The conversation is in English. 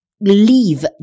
leave